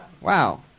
Wow